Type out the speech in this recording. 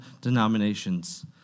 denominations